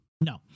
No